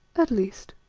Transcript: at least,